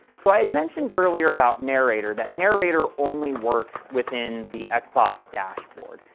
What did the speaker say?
so, i had mentioned earlier about narrator, that narrator only works within the xbox dashboard,